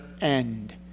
end